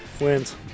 wins